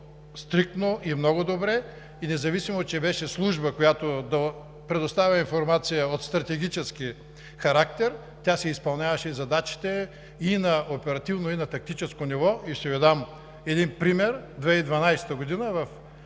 стриктно и много добре. И независимо че беше служба, която да предоставя информация от стратегически характер, тя си изпълняваше задачите и на оперативно, и на тактическо ниво. Ще Ви дам пример. През 2012